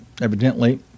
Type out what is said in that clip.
evidently